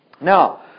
Now